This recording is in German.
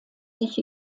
sich